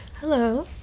Hello